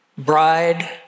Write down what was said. Bride